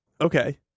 Okay